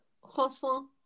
Croissant